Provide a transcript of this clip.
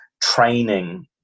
training